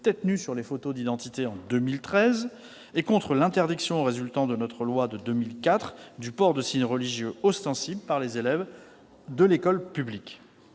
tête nue sur les photos d'identité en 2013 et contre l'interdiction, résultant de la loi de 2004, du port de signes religieux ostensibles par les élèves de l'école publique.